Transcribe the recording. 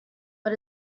but